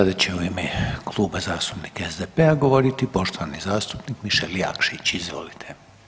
Sada će u ime Kluba zastupnika SDP-a govoriti poštovani zastupnik Mišel Jakšić, izvolite.